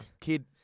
Kid